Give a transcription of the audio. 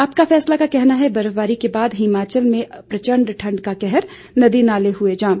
आपका फैसला का कहना है बर्फबारी के बाद हिमाचल में प्रचंड ठंड का कहर नदी नाले हुए जाम